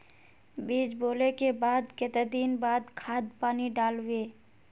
बीज बोले के बाद केते दिन बाद खाद पानी दाल वे?